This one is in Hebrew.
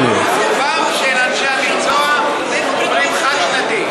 עובדה שאנשי המקצוע אומרים חד-שנתי.